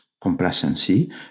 complacency